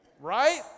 Right